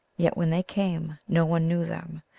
yet when they came no one knew them,